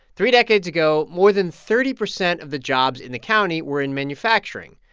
three decades ago, more than thirty percent of the jobs in the county were in manufacturing.